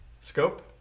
scope